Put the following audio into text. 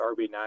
RB9